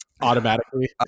automatically